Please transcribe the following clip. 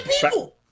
people